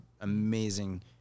amazing